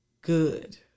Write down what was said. Good